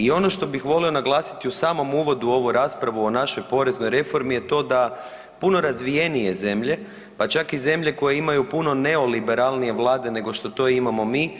I ono što bih volio naglasiti u samom uvodu u ovu raspravu o našoj poreznoj reformi je to da puno razvijenije zemlje, pa čak i zemlje koje imaju puno neoliberalnije vlade nego što to imamo mi